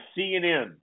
CNN